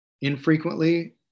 infrequently